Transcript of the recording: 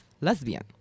lesbian